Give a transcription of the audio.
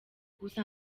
gusa